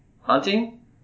Hunting